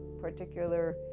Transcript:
particular